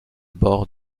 bords